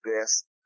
best